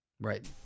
Right